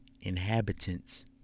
inhabitants